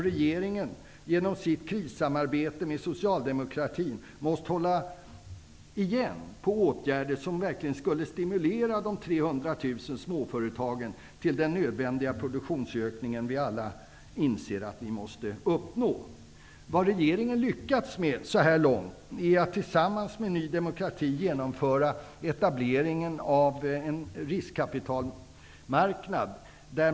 Regeringen har genom sitt krissamarbete med socialdemokratin måst hålla igen på åtgärder som verkligen skulle stimulera de 300 000 småföretagen till den nödvändiga produktionsökning vi alla inser att vi måste uppnå. Det regeringen lyckats med så här långt är att tillsammans med Ny demokrati genomföra etableringen av riskkapitalbolag.